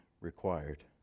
required